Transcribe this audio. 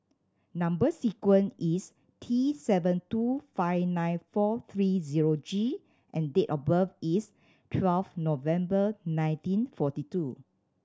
number sequence is T seven two five nine four three zero G and date of birth is twelve November nineteen forty two